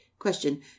Question